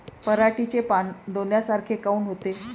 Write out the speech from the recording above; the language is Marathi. पराटीचे पानं डोन्यासारखे काऊन होते?